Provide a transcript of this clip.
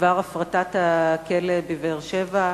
בדבר הפרטת הכלא בבאר-שבע,